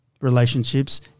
Relationships